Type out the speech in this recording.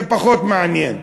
זה פחות מעניין.